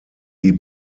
die